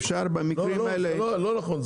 אפשר במקרים האלה --- לא נכון,